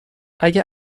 اگه